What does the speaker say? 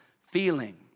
feeling